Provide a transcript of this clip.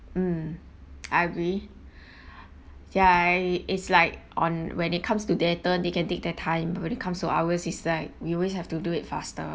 mm I agree ya is like on when it comes to their turn they can take their time but when it comes to ours is like we always have to do it faster